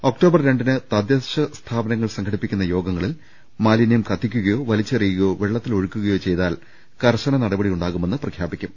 October രണ്ടിന് തദ്ദേശ സ്ഥാപ നങ്ങൾ സംഘടിപ്പിക്കുന്ന യോഗങ്ങളിൽ മാലിന്യം കത്തിക്കുകയോ വലി ച്ചെറിയുകയോ വെള്ളത്തിലൊഴുക്കുകയോ ചെയ്താൽ കർശന നടപടി യുണ്ടാകുമെന്ന് പ്രഖ്യാപിക്കും